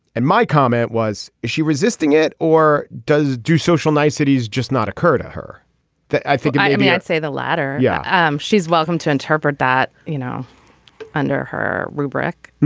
and my comment was she resisting it or does do social niceties just not occur to her i think i mean i'd say the latter yeah she's welcome to interpret that you know under her rubric.